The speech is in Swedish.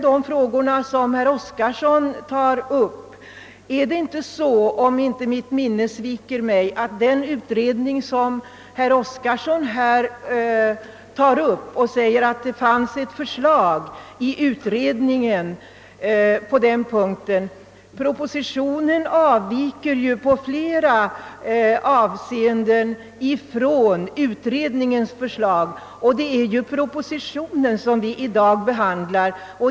Herr Oskarson sade att det fanns ett förslag i utredningen beträffande militärskadelivräntorna. Propositionen avviker i flera avseenden från utredningens förslag, och det är propositionen som vi i dag behandlar.